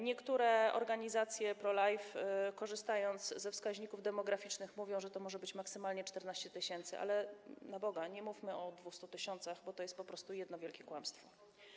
Niektóre organizacje pro-life, korzystając ze wskaźników demograficznych, mówią, że to może być maksymalnie 14 tys., ale, na Boga, nie mówmy o 200 tys., bo to jest po prostu jedno wielkie kłamstwo.